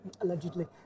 allegedly